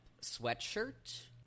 sweatshirt